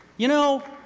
you know,